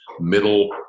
middle